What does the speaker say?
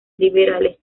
liberales